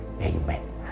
Amen